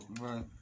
Right